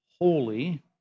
holy